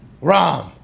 Ram